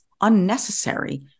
unnecessary